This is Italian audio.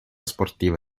sportiva